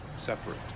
separate